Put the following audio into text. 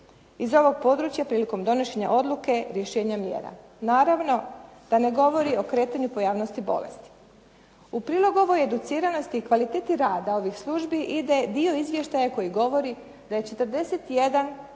iz ovog područja prilikom donošenja odluke rješenja mjera. Naravno da ne govori o kretanju pojavnosti bolesti. U prilog ovoj educiranosti i kvaliteti rada ovih službi ide dio izvještaja koji govori da je 41,